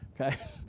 okay